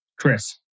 Chris